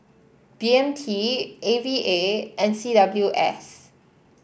B M T A V A and C W S